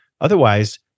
Otherwise